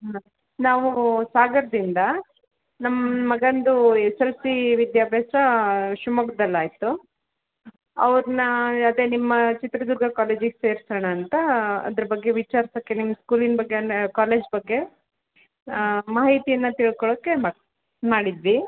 ನಾ ನಾವು ಸಾಗರದಿಂದ ನಮ್ಮ ಮಗಂದು ಎಸ್ ಎಸ್ ಎಲ್ ಸಿ ವಿದ್ಯಾಭ್ಯಾಸ ಶಿವ್ಮೊಗ್ದಲ್ಲಿ ಆಯಿತು ಅವರನ್ನ ಅದೇ ನಿಮ್ಮ ಚಿತ್ರದುರ್ಗ ಕಾಲೇಜಿಗೆ ಸೇರಿಸೋಣ ಅಂತ ಅದ್ರ ಬಗ್ಗೆ ವಿಚಾರಿಸೋಕ್ಕೆ ನಿಮ್ಮ ಸ್ಕೂಲಿನ ಬಗ್ಗೆನ ಕಾಲೇಜ್ ಬಗ್ಗೆ ಮಾಹಿತಿಯನ್ನ ತಿಳ್ಕೊಳಕ್ಕೆ ಮಾ ಮಾಡಿದ್ವಿ